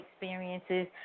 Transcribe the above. experiences